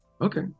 Okay